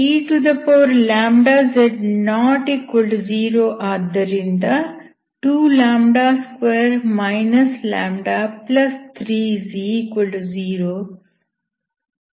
eλz≠0 ಆದ್ದರಿಂದ 22 λ30 ಸಿಗುತ್ತದೆ